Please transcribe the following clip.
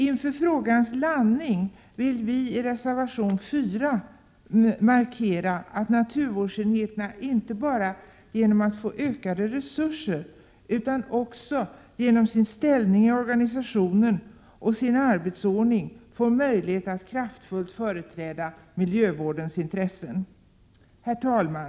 Inför frågans landning vill vi i reservation 4 markera det angelägna i att naturvårdsenheterna inte bara genom att få ökade resurser utan också genom sin ställning i organisationen och sin arbetsordning får möjlighet att kraftfullt företräda miljövårdens intressen. Herr talman!